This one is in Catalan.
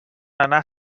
anar